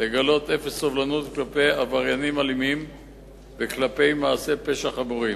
לגלות אפס סובלנות כלפי עבריינים אלימים וכלפי מעשי פשע חמורים,